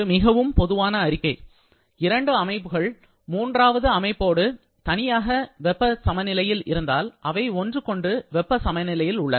மிகவும் பொதுவான அறிக்கை இரண்டு அமைப்புகள் மூன்றாவது அமைப்போடு தனித்தனியாக வெப்ப சமநிலையில் இருந்தால் அவை ஒன்றுக்கொன்று வெப்ப சமநிலையில் உள்ளன